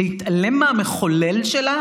להתעלם מהמחולל שלה,